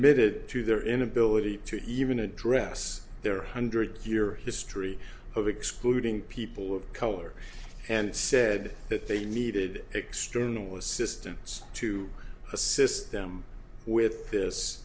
made it to their inability to even address their hundred year history of excluding people of color and said that they needed external assistance to assist them with this